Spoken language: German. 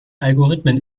algorithmen